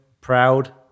proud